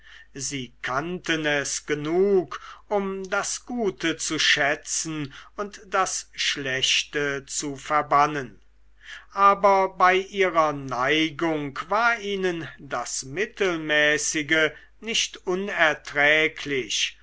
sie kannten es genug um das gute zu schätzen und das schlechte zu verbannen aber bei ihrer neigung war ihnen das mittelmäßige nicht unerträglich